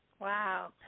Wow